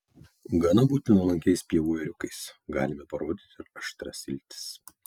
gana būti nuolankiais pievų ėriukais galime parodyti ir aštrias iltis